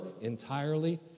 entirely